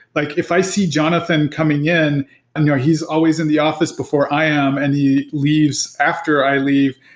like if i see jonathan coming in and he's always in the office before i am and he leaves after i leave,